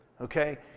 Okay